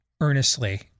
earnestly